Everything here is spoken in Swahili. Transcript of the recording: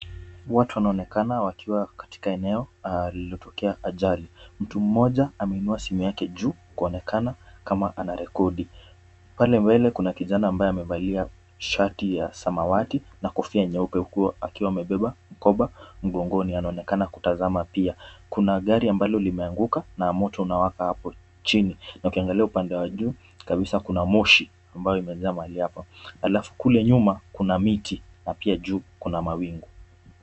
Watu wanaonekana wakiwa katika eneo lililotokea ajali. Mtu mmoja ameinua simu yake juu kuonekana kama anarekodi. Pale mbele kuna kijana ambaye amevalia shati ya samawati na kofia nyeupe huku akiwa amebeba mkoba mgongoni anaonekana kutazama pia. Kuna gari ambalo limeanguka na moto unawaka hapo chini na ukiangalia upande wa juu kabisa kuna moshi ambayo imejaa mahali hapa. Halafu kule nyuma kuna miti na pia juu kuna mawingu.